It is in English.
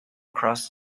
across